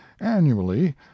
annually